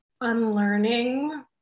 unlearning